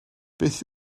beth